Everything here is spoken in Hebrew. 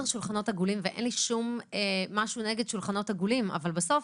שולחנות עגולים, אין לי משהו נגד זה, אבל בסוף